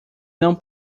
não